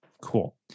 Cool